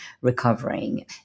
recovering